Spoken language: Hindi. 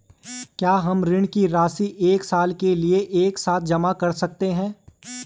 क्या हम ऋण की राशि एक साल के लिए एक साथ जमा कर सकते हैं?